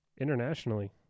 internationally